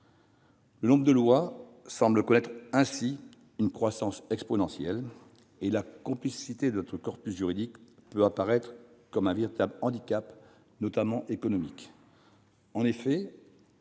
Le nombre de lois semble ainsi connaître une croissance exponentielle, et la complexité de notre corpus juridique peut apparaître comme un véritable handicap, notamment économique.